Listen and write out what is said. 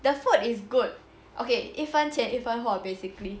the food is good okay 一分钱一分货 basically